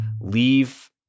leave